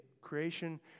creation